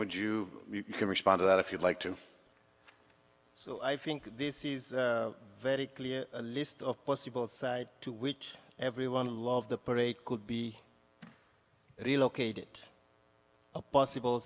would you can respond to that if you'd like to so i think this is very clear a list of possible side to which everyone love the parade could be relocated a possible